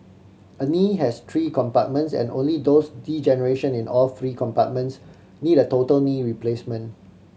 a knee has three compartments and only those degeneration in all three compartments need a total knee replacement